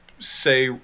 say